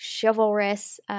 chivalrous